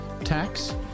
tax